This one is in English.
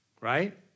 right